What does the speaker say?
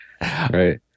right